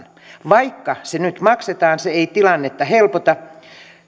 vaikka se nyt maksetaan se ei tilannetta helpota